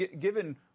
Given